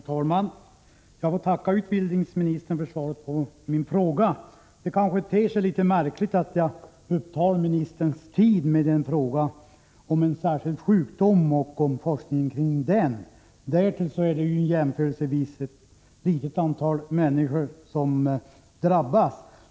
Herr talman! Jag får tacka utbildningsministern för svaret på min fråga. Det kanske ter sig litet märkligt att uppta ministerns tid med en fråga om en särskild sjukdom och om forskningen kring den, speciellt som det är ett jämförelsevis litet antal människor som drabbas.